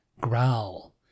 growl